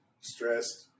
Stressed